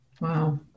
Wow